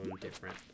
different